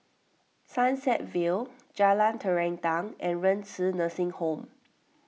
Sunset Vale Jalan Terentang and Renci Nursing Home